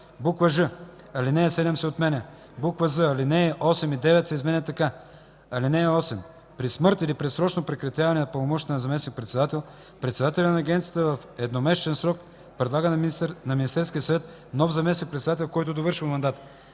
ж) алинея 7 се отменя; з) алинеи 8 и 9 се изменят така: „(8) При смърт или предсрочно прекратяване на пълномощията на заместник-председател, председателят на агенцията в едномесечен срок предлага на Министерския съвет нов заместник-председател, който довършва мандата.